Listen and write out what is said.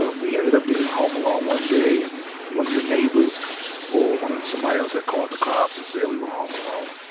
and we ended up being home alone one day and one of the neighbors or one of, somebody else had called the cops and said we were home alone.